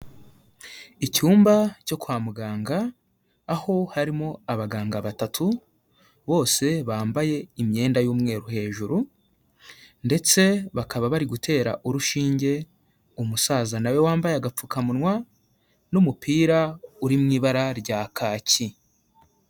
Icyumba cyo kwa muganga, aho harimo abaganga batatu bose bambaye imyenda y'umweru hejuru, ndetse bakaba bari gutera urushinge umusaza nawe wambaye agapfukamunwa n'umupira uri mu ibara rya kaki.